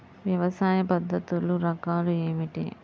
వ్యవసాయ పద్ధతులు రకాలు ఏమిటి?